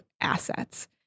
assets